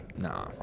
Nah